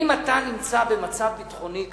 אם אתה נמצא במצב ביטחוני קשה,